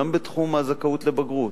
גם בתחום הזכאות לבגרות,